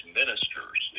ministers